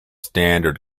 standard